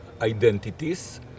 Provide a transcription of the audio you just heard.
identities